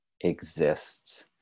exists